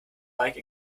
like